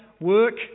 work